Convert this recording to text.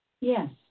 Yes